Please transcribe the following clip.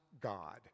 God